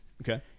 okay